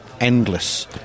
endless